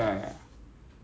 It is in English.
我也觉得比较好